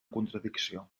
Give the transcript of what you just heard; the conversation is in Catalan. contradicció